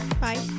Bye